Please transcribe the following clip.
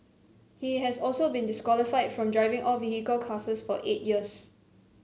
he has also been disqualified from driving all vehicle classes for eight years